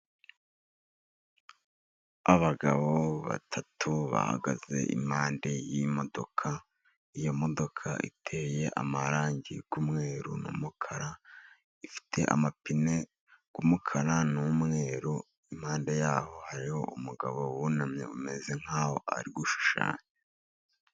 Abagabo batatu bahagaze impande y'imodoka, iyo modoka iteye amarangi y'umweru n'umukara, ifite amapine y'umukara n'umweru, impande yaho hariho umugabo wunamye umeze nk'aho ari gushushanya.